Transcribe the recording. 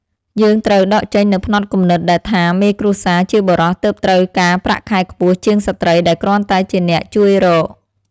យើងត្រូវដកចេញនូវផ្នត់គំនិតដែលថាមេគ្រួសារជាបុរសទើបត្រូវការប្រាក់ខែខ្ពស់ជាងស្ត្រីដែលគ្រាន់តែជាអ្នកជួយរក។